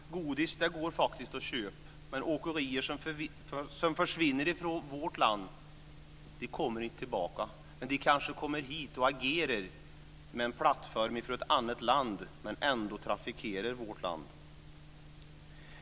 Det går att köpa godis. Men åkerier som försvinner från vårt land kommer inte tillbaka. De kommer kanske hit och trafikerar vårt land, men gör det från en plattform i ett annat land.